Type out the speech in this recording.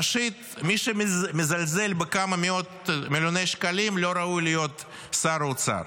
ראשית מי שמזלזל בכמה מאות מיליוני שקלים לא ראוי להיות שר האוצר.